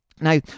Now